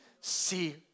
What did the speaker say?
See